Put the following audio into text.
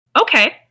Okay